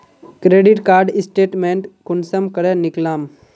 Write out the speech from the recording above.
Credit card statement कुंसम करे निकलाम?